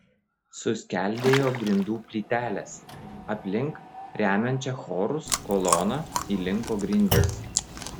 suskeldėjo grindų plytelės aplink remiančią chorus koloną įlinko grindys